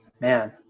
man